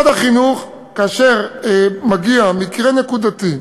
כאשר מגיע מקרה נקודתי,